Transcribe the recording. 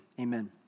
amen